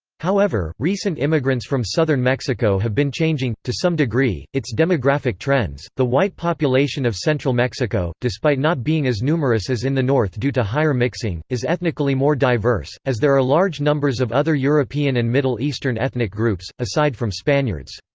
however, recent immigrants from southern mexico have been changing, to some degree, its demographic trends the white population of central mexico, despite not being as numerous as in the north due to higher mixing, is ethnically more diverse, as there are large numbers of other european and middle eastern ethnic groups, aside from spaniards.